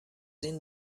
این